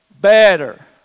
Better